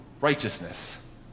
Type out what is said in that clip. righteousness